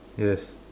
yes